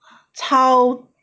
超